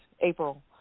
April